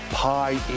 pie